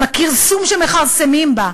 עם הכרסום שמכרסמים בה,